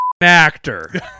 actor